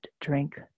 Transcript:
drink